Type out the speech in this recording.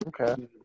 Okay